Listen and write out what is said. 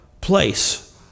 place